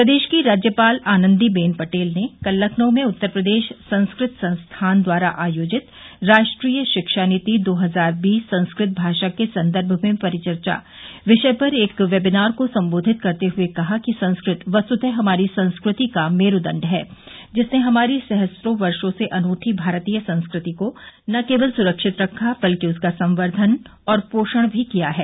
प्रदेश की राज्यपाल आनंदीबेन पटेल ने कल लखनऊ में उत्तर प्रदेश संस्कृत संस्थान द्वारा आयोजित राष्ट्रीय शिक्षानीति दो हजार बीस संस्कृत भाषा के सन्दर्भ में परिचर्चा विषय पर एक वेबिनार को संबोधित करते हुए कहा कि संस्कृत वस्तुतः हमारी संस्कृति का मेरूदंड है जिसने हमारी सहस्त्रों वर्षो से अनुठी भारतीय संस्कृति को न केवल सुरक्षित रखा बल्कि उसका संवर्द्वन और पोषण भी किया है